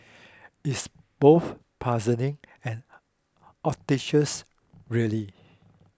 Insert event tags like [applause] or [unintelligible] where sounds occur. it's both puzzling and [unintelligible] really